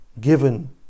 given